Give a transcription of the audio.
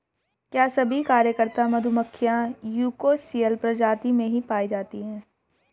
क्या सभी कार्यकर्ता मधुमक्खियां यूकोसियल प्रजाति में ही पाई जाती हैं?